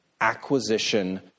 Acquisition